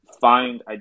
Find